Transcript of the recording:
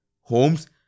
Holmes